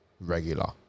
Regular